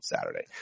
Saturday